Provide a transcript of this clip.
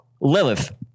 Lilith